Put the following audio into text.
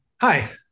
Hi